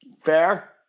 fair